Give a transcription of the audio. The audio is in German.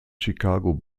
chicago